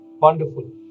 wonderful